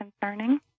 concerning